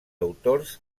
autors